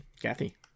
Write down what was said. Kathy